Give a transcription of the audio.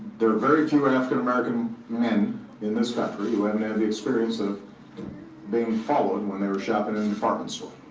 there are very few african-american men in this country who haven't had the experience of being followed when they were shopping in a department store,